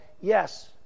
Yes